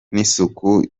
n’isuku